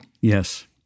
Yes